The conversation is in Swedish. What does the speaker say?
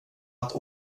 att